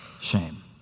shame